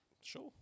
Sure